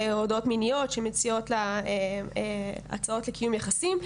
הודעות מיניות שמציעות לה הצעות לקיום יחסים.